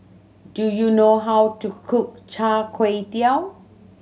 do you know how to cook Char Kway Teow